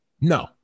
No